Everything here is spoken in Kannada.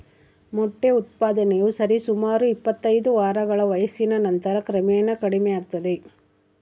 ಮೊಟ್ಟೆ ಉತ್ಪಾದನೆಯು ಸರಿಸುಮಾರು ಇಪ್ಪತ್ತೈದು ವಾರಗಳ ವಯಸ್ಸಿನ ನಂತರ ಕ್ರಮೇಣ ಕಡಿಮೆಯಾಗ್ತದ